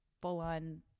full-on